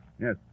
Yes